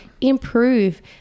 improve